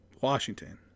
Washington